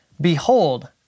Behold